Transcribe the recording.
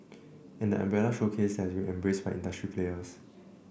and the umbrella showcase has been embraced by industry players